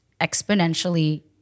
exponentially